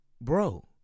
bro